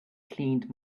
cleaned